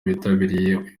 bitabiriye